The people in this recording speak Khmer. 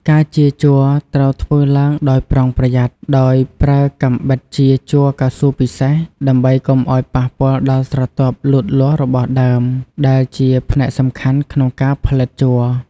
ការចៀរជ័រត្រូវធ្វើឡើងដោយប្រុងប្រយ័ត្នដោយប្រើកាំបិតចៀរជ័រកៅស៊ូពិសេស ដើម្បីកុំឱ្យប៉ះពាល់ដល់ស្រទាប់លូតលាស់របស់ដើម ដែលជាផ្នែកសំខាន់ក្នុងការផលិតជ័រ។